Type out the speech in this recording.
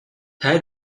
thế